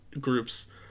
groups